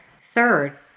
Third